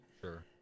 Sure